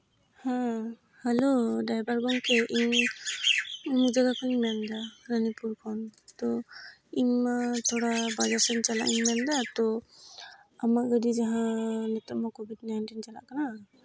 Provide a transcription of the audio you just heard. ᱦᱮᱸ hello driver ᱜᱚᱢᱠᱮ ᱤᱧ ᱚᱱᱱᱚ ᱡᱟᱭᱜᱟ ᱠᱷᱚᱱᱤᱧ ᱢᱮᱱᱫᱟ ᱨᱟᱹᱱᱤᱯᱩᱨ ᱠᱷᱚᱱ ᱛᱚ ᱤᱧ ᱢᱟ ᱛᱷᱚᱲᱟ ᱵᱟᱡᱟᱨ ᱥᱮᱱ ᱪᱟᱞᱟᱜ ᱤᱧ ᱢᱮᱱᱫᱟ ᱛᱚ ᱟᱢᱟᱜ ᱜᱟᱹᱰᱤ ᱨᱮᱦᱟᱸᱜ ᱱᱤᱛᱚᱜ ᱢᱟ ᱠᱳᱵᱷᱤᱰ ᱱᱟᱭᱤᱱᱴᱤᱱ ᱪᱟᱞᱟᱜ ᱠᱟᱱᱟ